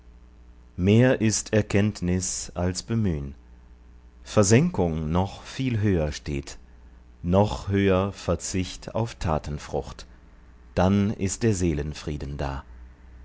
mehr ist erkenntnis als bemühn versenkung noch viel höher steht noch höh'r verzicht auf tatenfrucht dann ist der seelenfrieden da